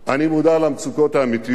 אני מודע למצוקות האמיתיות